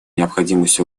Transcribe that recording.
необходимость